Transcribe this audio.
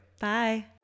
bye